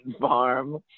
Farm